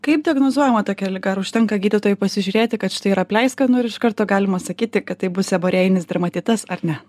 kaip diagnozuojama tokia liga ar užtenka gydytojui pasižiūrėti kad štai yra pleiskanų ir iš karto galima sakyti kad tai bus seborėjinis dermatitas ar ne